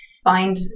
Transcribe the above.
find